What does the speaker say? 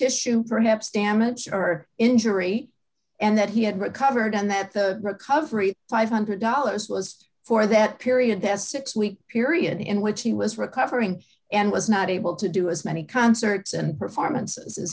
tissue perhaps damage or injury and that he had recovered and that the recovery five hundred dollars was for that period that six week period in which he was recovering and was not able to do as many concerts and performance